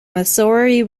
missouri